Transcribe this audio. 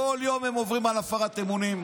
כל יום הם עוברים על הפרת אמונים.